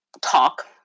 talk